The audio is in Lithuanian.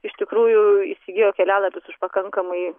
iš tikrųjų įsigijo kelialapius už pakankamai